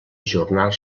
ajornar